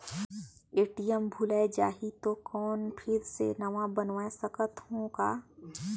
ATM भुलाये जाही तो कौन फिर से नवा बनवाय सकत हो का?